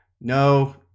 No